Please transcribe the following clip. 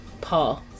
Paul